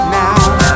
now